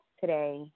today